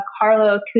Carlo